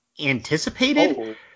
anticipated